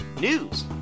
news